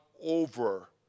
over